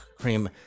cream